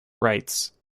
rights